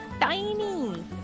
Tiny